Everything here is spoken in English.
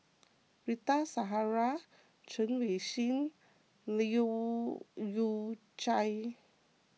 Rita Zahara Chen Wen Hsi Leu Yew Chye